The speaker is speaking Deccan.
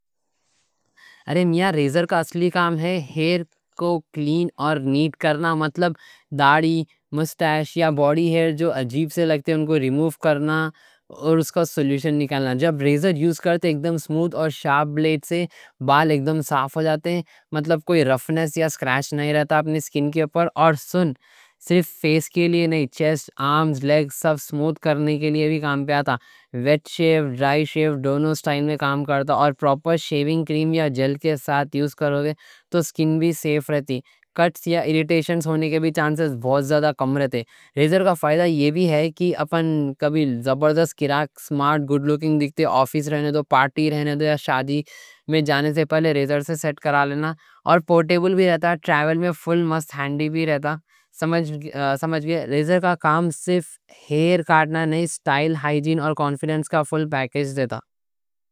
ارے میاں ریزر کا اصلی کام ہے ہیر کو کلین اور نیٹ کرنا، مطلب داڑھی مُسٹاش یا باڈی ہیر جو عجیب سے لگتے ہیں اُن کو ریموف کرنا اور اس کا سولوشن نکالنا۔ جب ریزر یوز کرتے ہیں اکدم سموٹھ اور شارپ بلیڈ سے بال اکدم صاف ہو جاتے ہیں۔ مطلب کوئی رفنس یا سکریچ نہیں رہتا اپنی سکن کے اوپر۔ اور صرف فیس کے لیے نہیں، چیسٹ، آرمز، لیگز سب سموٹھ کرنے کے لیے بھی کام آتا۔ ویٹ شیو، ڈرائی شیو دونوں سٹائل میں کام کرتا، اور پروپر شیونگ کریم یا جیل کے ساتھ یوز کروگے تو سکن بھی سیف رہتی، کٹس یا ایریٹیشنز ہونے کے بھی چانسز بہت کم رہتے۔ ریزر کا فائدہ یہ بھی ہے کہ اپن کبھی زبردست کڑاک، سمارٹ، گُڈ لوکنگ دیکھتے، آفس رہنے دو پارٹی رہنے دو یا شادی میں جانے سے پہلے ریزر سے سیٹ کرا لینا۔ اور پورٹیبل بھی رہتا، ٹریول میں فل مست ہینڈی بھی رہتا سمجھ گئے، ریزر کا کام صرف ہیر کاٹنا نہیں، سٹائل، ہائیجین اور کانفیڈنس کا فل پیکیج دیتا۔